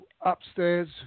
upstairs